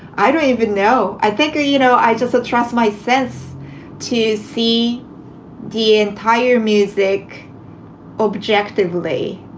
i don't even know. i think, you know, i just trust my sense to see the entire music objectively.